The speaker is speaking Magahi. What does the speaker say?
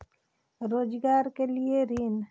रोजगार के लिए ऋण?